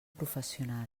professional